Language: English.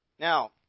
Now